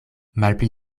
malpli